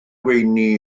weini